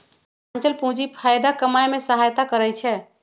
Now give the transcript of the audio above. आंचल पूंजी फयदा कमाय में सहयता करइ छै